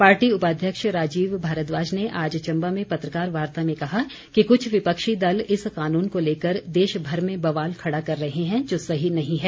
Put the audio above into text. party उपाध्यक्ष राजीव भारद्वाज ने आज चम्बा में पत्रकार वार्ता में कहा कि कुछ विपक्षी दल इस कानून को लेकर देशभर में बवाल खड़ा कर रहे हैं जो सही नहीं है